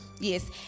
Yes